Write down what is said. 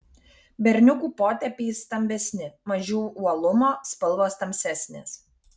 berniukų potėpiai stambesni mažiau uolumo spalvos tamsesnės